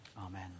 Amen